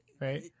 right